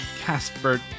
Casper